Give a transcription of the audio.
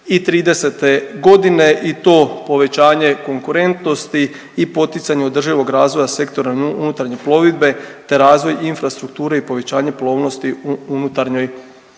2030.g. i to povećanje konkurentnosti i poticanje održivog razvoja sektora unutarnje plovidbe te razvoj infrastrukture i povećanje plovnosti u unutarnjoj plovidbi.